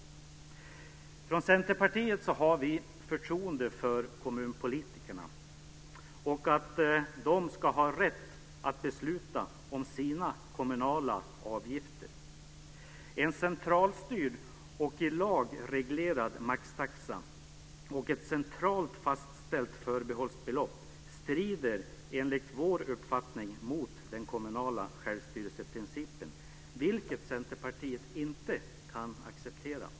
Från Centerpartiet har vi förtroende för kommunpolitikerna, och de ska ha rätt att besluta om sina kommunala avgifter. En centralstyrd och i lag reglerad maxtaxa och ett centralt fastställt förbehållsbelopp strider enligt vår uppfattning mot den kommunala självstyrelseprincipen, vilket Centerpartiet inte kan acceptera.